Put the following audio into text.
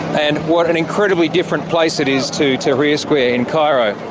and what an incredibly different place it is to tahrir square in cairo.